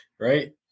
right